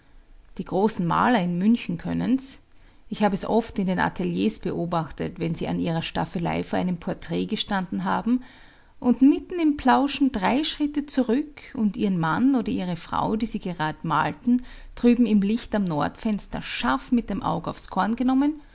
die großen maler in münchen können's ich hab es oft in den ateliers beobachtet wenn sie an ihrer staffelei vor einem porträt gestanden haben und mitten im plauschen drei schritte zurück und ihren mann oder ihre frau die sie gerad malten drüben im licht am nordfenster scharf mit dem aug aufs korn genommen